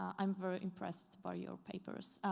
um i'm very impressed by your papers.